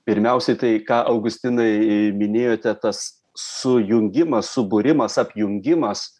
pirmiausiai tai ką augustinai minėjote tas sujungimas subūrimas apjungimas